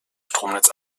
stromnetz